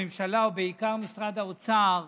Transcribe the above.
הממשלה ובעיקר משרד האוצר